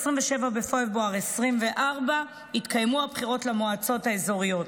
ב-27 בפברואר התקיימו הבחירות למועצות האזוריות,